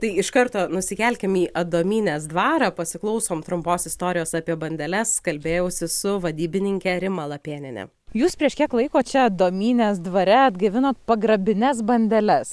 tai iš karto nusikelkim į adomynės dvarą pasiklausom trumpos istorijos apie bandeles kalbėjausi su vadybininke rima lapėnienene jūs prieš kiek laiko čia adomynės dvare atgaivinot pagrabinės bandeles